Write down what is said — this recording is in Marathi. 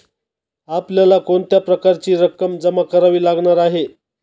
आपल्याला कोणत्या प्रकारची रक्कम जमा करावी लागणार आहे?